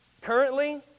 Currently